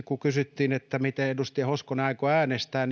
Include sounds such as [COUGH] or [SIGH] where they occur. [UNINTELLIGIBLE] kun kysyttiin miten edustaja hoskonen aikoo äänestää [UNINTELLIGIBLE]